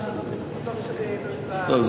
טוב,